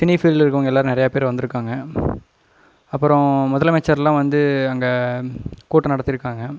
cine ஃபீல்டில் இருக்கவங்க எல்லாரும் நிறையப் பேர் வந்துருக்காங்க அப்புறோம் முதலமைச்சர்லாம் வந்து அங்கே கூட்டம் நடத்திருக்காங்க